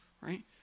right